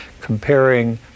comparing